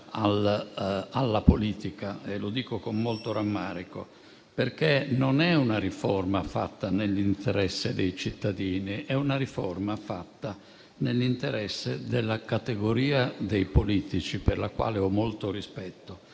alla politica - e lo dico con molto rammarico - perché non è una riforma fatta nell'interesse dei cittadini: è una riforma fatta nell'interesse della categoria dei politici, per la quale ho molto rispetto.